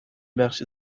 بخش